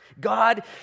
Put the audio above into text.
God